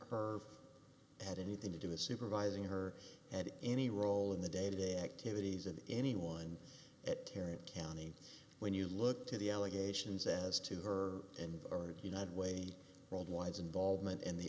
her had anything to do the supervising her had any role in the day to day activities of anyone at terri county when you look to the allegations as to her and or united way old wives involvement in the